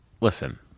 Listen